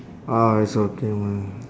orh it's okay man